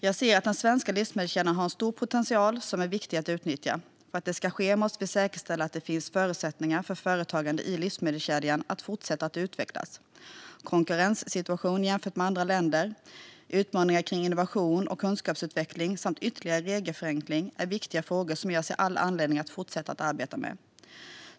Jag ser att den svenska livsmedelskedjan har en stor potential som är viktig att utnyttja. För att det ska ske måste vi säkerställa att det finns förutsättningar för företagen i livsmedelskedjan att fortsätta utvecklas. Konkurrenssituationen jämfört med andra länder, utmaningarna kring innovation och kunskapsutveckling samt ytterligare regelförenklingar är viktiga frågor som jag ser all anledning att fortsätta arbeta med.